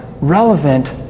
relevant